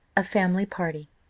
a family party.